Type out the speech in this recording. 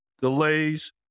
delays